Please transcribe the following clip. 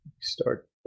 start